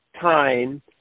time